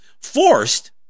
forced